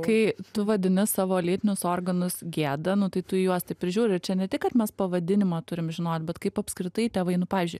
kai tu vadini savo lytinius organus gėda nu tai tu į juos taip ir žiūri ir čia ne tik kad mes pavadinimą turim žinot bet kaip apskritai tėvai nu pavyzdžiui